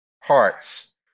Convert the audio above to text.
hearts